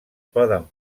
poden